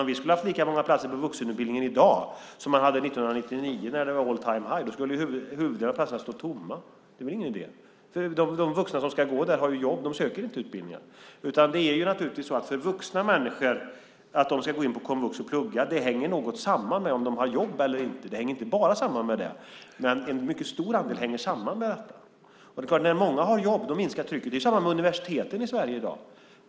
Om vi skulle ha haft lika många platser på vuxenutbildningen i dag som man hade 1999 när det var all time high skulle huvuddelen av platserna stå tomma. Det är väl ingen idé. De vuxna som ska gå där har ju jobb. De söker inte utbildningar. Om vuxna människor ska plugga på komvux hänger något samman med om de har jobb eller inte. Det hänger inte bara samman med det, men en mycket stor andel hänger samman med detta. När många har jobb minskar trycket. Det är samma sak med universiteten i Sverige i dag.